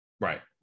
Right